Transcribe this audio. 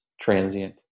transient